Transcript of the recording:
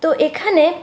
তো এখানে